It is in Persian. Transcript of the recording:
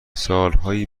سالهای